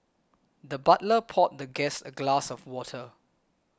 the butler poured the guest a glass of water